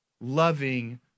loving